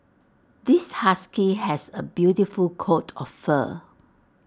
this husky has A beautiful coat of fur